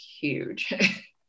huge